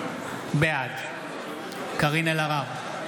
בעד קארין אלהרר,